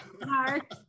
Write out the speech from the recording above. Mark